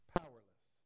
powerless